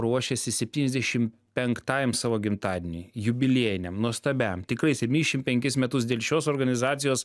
ruošiasi septyniasdešim penktajam savo gimtadieniui jubiliejiniam nuostabiam tikrai septyniasdešim penkis metus dėl šios organizacijos